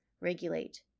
regulate